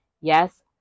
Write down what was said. yes